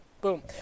Boom